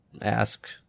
ask